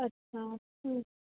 अच्छा